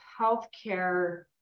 healthcare